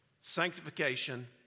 sanctification